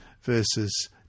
verses